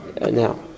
now